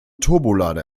turbolader